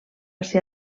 ser